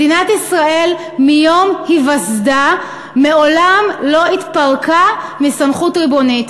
מדינת ישראל מיום היווסדה מעולם לא התפרקה מסמכות ריבונית.